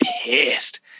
pissed